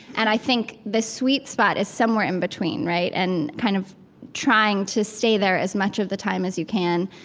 and i think the sweet spot is somewhere in between, right? and kind of trying to stay there as much of the time as you can,